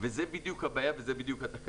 וזה בדיוק הבעיה והתקלה.